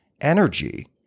energy